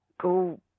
go